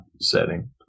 setting